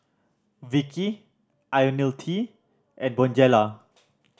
Vichy Ionil T and Bonjela